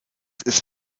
ist